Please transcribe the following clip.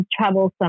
troublesome